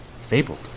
fabled